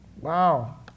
Wow